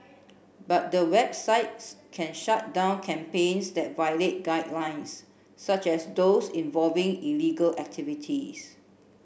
but the websites can shut down campaigns that violate guidelines such as those involving illegal activities